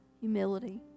humility